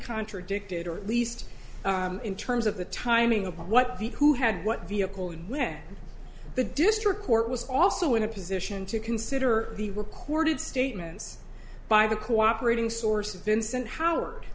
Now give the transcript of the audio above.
contradicted or at least in terms of the timing of what who had what vehicle and when the district court was also in a position to consider the recorded statements by the cooperating sources vincent howard